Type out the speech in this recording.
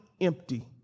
empty